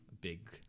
big